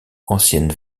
ancienne